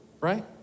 right